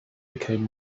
became